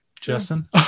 Justin